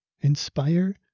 inspire